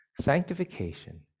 Sanctification